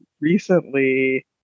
recently